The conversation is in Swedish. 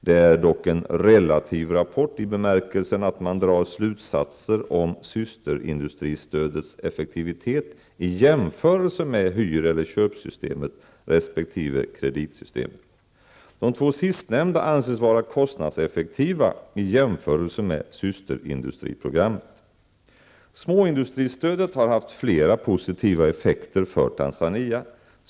Det är dock en relativ rapport i bemärkelsen att man drar slutsatser om systerindustristödets effektivitet i jämförelse med hyr-/köpsystemet resp. kreditsystemet. De två sistnämnda anses vara kostnadseffektiva i jämförelse med systerindustriprogrammet. Småindustristödet har haft flera positiva effekter för Tanzania.